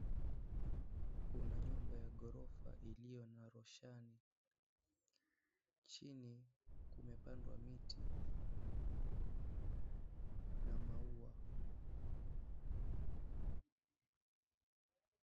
Kuna nyumba ya gorofa iliyo na roshani ,chini kumepandwa miti na maua.